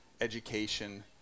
education